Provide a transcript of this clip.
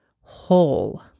whole